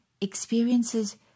Experiences